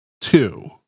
two